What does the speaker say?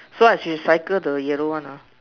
so I should circle the yellow one lah